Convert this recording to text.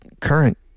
current